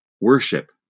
Worship